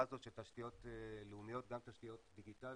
הזאת של תשתיות לאומיות גם תשתיות דיגיטליות,